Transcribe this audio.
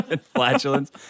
Flatulence